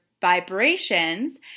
vibrations